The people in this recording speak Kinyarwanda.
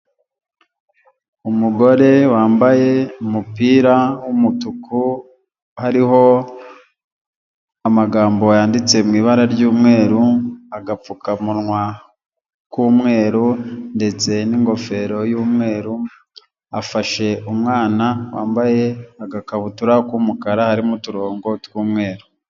Umugore wambaye umupira w'umutuku hariho amagambo yanditse mu ibara ry'umweru, agapfukamunwa k'umweru ndetse n'ingofero y'umweru, afashe umwana wambaye agakabutura k'umukara, harimo uturongo tw'umweru.